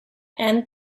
and